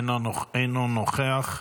אינו נוכח,